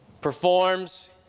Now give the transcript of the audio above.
performs